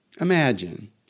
Imagine